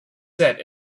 set